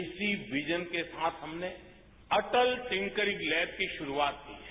इसी विजन के साथ हमने अटल टिंकरिंग लैव की शुरूआत की है